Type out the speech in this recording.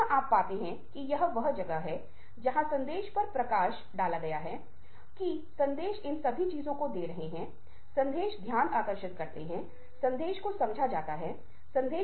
आप देखते हैं कि ज्यादातर संदर्भों में यदि आप चुपचाप बैठते हैं औ र अपने चारों ओर देखते हैं तो पाते हैं कि लोग बहुत कुछ बोल रहे हैं